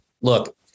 look